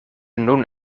nun